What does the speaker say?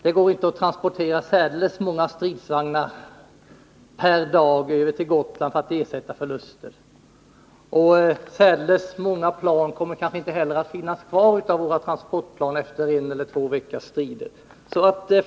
Det går inte att transportera särdeles många stridsvagnar per dag över till Gotland för att ersätta förluster, och särdeles många av våra transportplan kommer kanske inte heller att finnas kvar efter en eller två veckors strider.